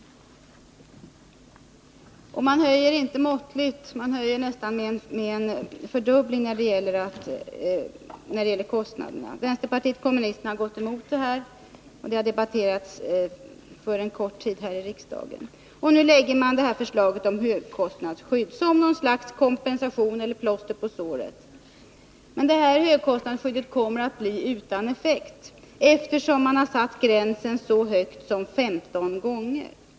Och man höjer inte måttligt, utan det är nästan en fördubbling av kostnaderna. Vänsterpartiet kommunisterna har gått emot detta, och det har debatterats för en kort tid sedan här i riksdagen. Nu lägger regeringen fram det här förslaget om högkostnadsskydd som något slags kompensation eller plåster på såren. Men det här högkostnadsskyddet kommer att bli utan effekt, eftersom man har satt gränsen så högt som 15 gånger.